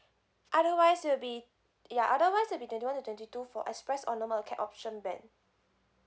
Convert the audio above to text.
otherwise it'll be ya otherwise it'll be twenty one to twenty two for express or normal acad~ option band